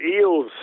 Eels